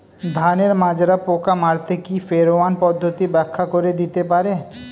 ধানের মাজরা পোকা মারতে কি ফেরোয়ান পদ্ধতি ব্যাখ্যা করে দিতে পারে?